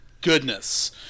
goodness